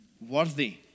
worthy